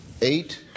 eight